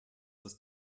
das